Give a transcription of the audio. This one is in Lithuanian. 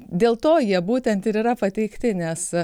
dėl to jie būtent ir yra pateikti nes